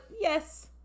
yes